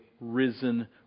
risen